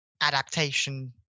adaptation